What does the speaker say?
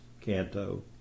canto